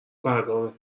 برگامه